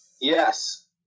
Yes